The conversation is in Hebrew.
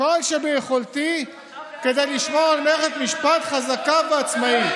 בכל מקום שבו אין מערכת משפט חזקה ועצמאית,